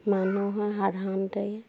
মানুহৰ সাধাৰণতে